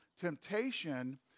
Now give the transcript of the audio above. Temptation